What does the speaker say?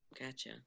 Gotcha